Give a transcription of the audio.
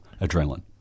adrenaline